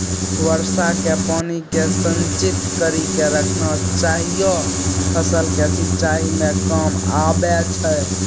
वर्षा के पानी के संचित कड़ी के रखना चाहियौ फ़सल के सिंचाई मे काम आबै छै?